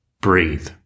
Breathe